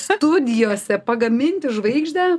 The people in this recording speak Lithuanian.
studijose pagaminti žvaigždę